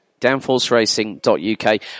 downforceracing.uk